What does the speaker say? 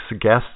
guests